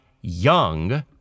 young